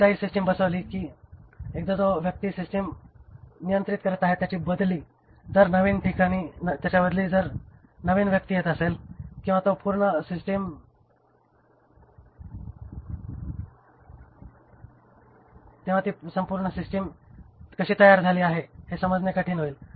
एकदा ही सिस्टिम बसवली की एकदा जो व्यक्ती सिस्टिम नियंत्रित करत आहे त्याच्या जागी नवीन व्यक्ती येत असेल तेव्हा ती संपूर्ण सिस्टिम कशी तयार झाली आहे हे समजणे कठीण होईल